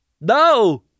No